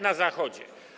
na Zachodzie.